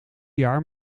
jaar